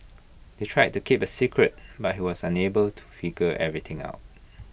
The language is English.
they tried to keep A secret but he was unable to figure everything out